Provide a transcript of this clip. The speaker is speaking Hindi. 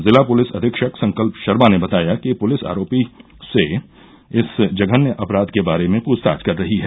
जिला पुलिस अधीक्षक संकल्प शर्मा ने बताया कि पुलिस आरोपी से इस जघन्य अपराध के बारे में पुछताछ कर रही है